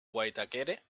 waitakere